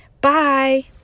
Bye